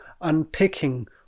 unpicking